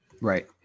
Right